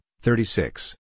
thirty-six